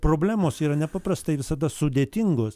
problemos yra nepaprastai visada sudėtingos